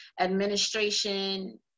administration